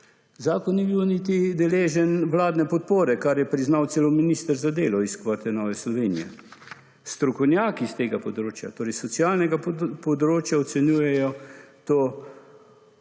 zakon ni bil niti deležen vladne podpore, kar je priznal celo minister za delo iz kvote Nove Slovenije. Strokovnjaki iz tega področja, torej socialnega področja ocenjujejo to